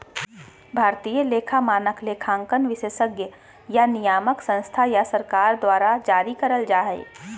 भारतीय लेखा मानक, लेखांकन विशेषज्ञ या नियामक संस्था या सरकार द्वारा जारी करल जा हय